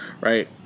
right